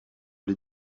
les